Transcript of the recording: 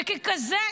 וככזה,